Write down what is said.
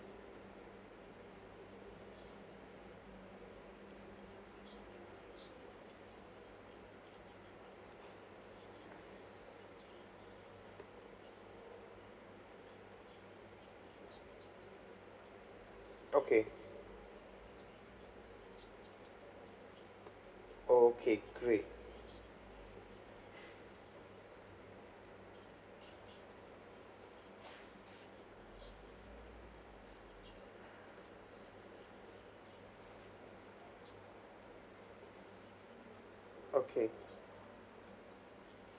okay okay great okay